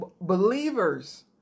believers